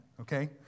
Okay